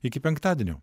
iki penktadienio